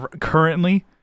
currently